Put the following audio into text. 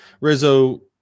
Rizzo